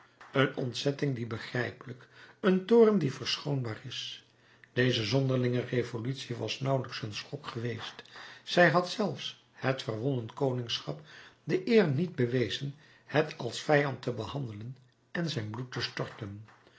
een ontzetting die begrijpelijk een toorn die verschoonbaar is deze zonderlinge revolutie was nauwelijks een schok geweest zij had zelfs het verwonnen koningschap de eer niet bewezen het als vijand te behandelen en zijn bloed te storten